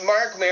Mark